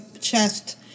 chest